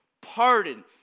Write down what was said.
pardon